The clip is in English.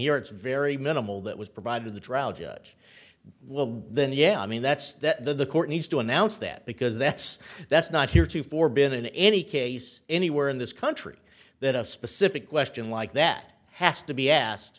york very minimal that was provided the trial judge will then yeah i mean that's that the court needs to announce that because that's that's not here to for been in any case anywhere in this country that a specific question like that has to be asked